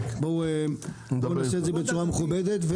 בואו נעשה את זה בצורה מכובדת,